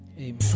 Amen